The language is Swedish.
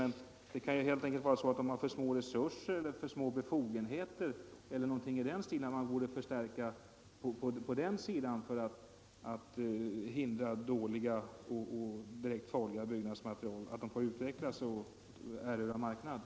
Men det kan ju helt enkelt vara så att de har för små resurser eller för små befogenheter och att man borde förstärka på den sidan för att hindra att dåliga och direkt farliga byggnadsmaterial får utvecklas och erövra marknaden.